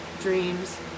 dreams